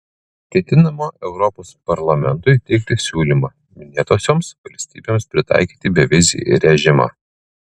ketinama europos parlamentui teikti siūlymą minėtosioms valstybėms pritaikyti bevizį režimą